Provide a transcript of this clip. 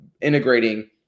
integrating